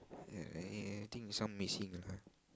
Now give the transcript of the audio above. ya uh I think is some missing lah